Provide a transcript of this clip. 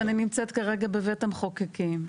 שאני נמצאת כרגע בבית המחוקקים,